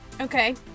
Okay